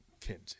Kenzie